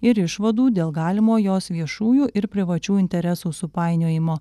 ir išvadų dėl galimo jos viešųjų ir privačių interesų supainiojimo